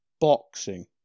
boxing